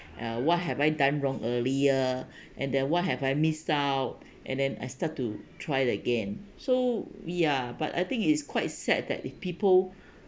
uh what have I done wrong earlier and then what have I miss out and then I start to try it again so we are but I think it's quite sad that if people